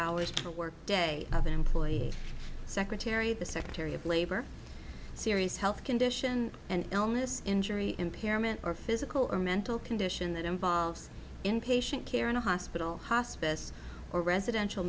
hours for work day of the employee secretary the secretary of labor serious health condition and illness injury impairment or physical or mental condition that involves in patient care in a hospital hospice or residential